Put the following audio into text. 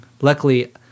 luckily